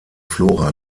flora